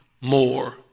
more